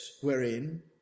wherein